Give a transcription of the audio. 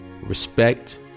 Respect